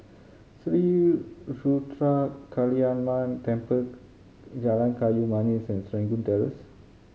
Sri Ruthra Kaliamman Temple Jalan Kayu Manis and Serangoon Terrace